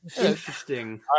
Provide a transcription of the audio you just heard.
Interesting